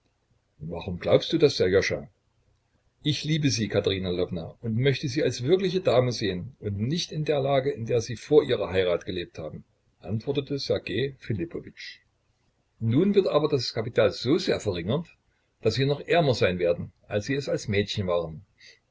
warum glaubst du das sserjoscha ich liebe sie katerina lwowna und möchte sie als wirkliche dame sehen und nicht in der lage in der sie vor ihrer heirat gelebt haben antwortete ssergej philippowitsch nun wird aber das kapital so sehr verringert daß sie noch ärmer sein werden als sie es als mädchen waren